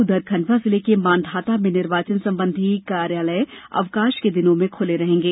उधर खंडवा जिले के मांधाता में निर्वाचन संबंधी कार्यालय अवकाश के दिनों में खुले रहेंगे